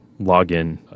login